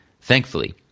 Thankfully